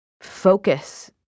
focus